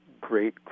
great